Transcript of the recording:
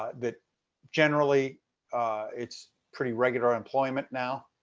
but generally it's pretty regular employment now.